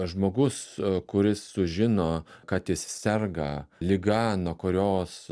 žmogus kuris sužino kad jis serga liga nuo kurios